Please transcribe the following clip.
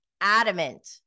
adamant